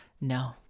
no